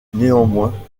néanmoins